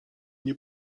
nie